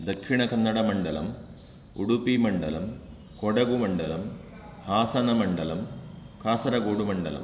दक्षिणकन्नडमण्डलं उडूपीमण्डलं कोडगुमण्डलं हासनमण्डलं कासरगोडुमण्डलम्